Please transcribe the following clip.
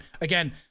again